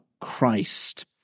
Christ